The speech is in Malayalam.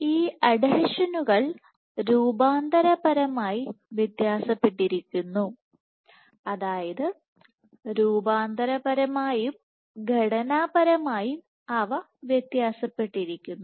ഈ അഡ്ഹീഷനുകൾ രൂപാന്തരപരമായി വ്യത്യാസപ്പെട്ടിരിക്കുന്നു അതായത് രൂപാന്തരപരമായും ഘടനാപരമായും അവ വ്യത്യാസപ്പെട്ടിരിക്കുന്നു